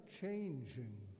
changing